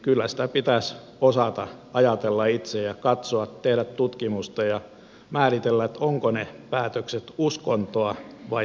kyllä sitä pitäisi osata ajatella itse ja katsoa tehdä tutkimusta ja määritellä ovatko ne päätökset uskontoa vai tiedettä